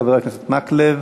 חבר הכנסת מקלב